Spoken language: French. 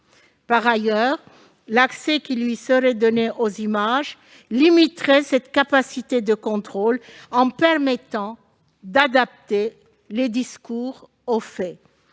Par ailleurs, l'accès qui serait donné à ce dernier aux images limiterait cette capacité de contrôle, en permettant d'adapter les discours aux faits,